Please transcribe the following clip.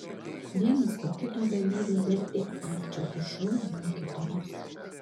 vienas po kito dalyviai vertė aikčioti šou mokytojus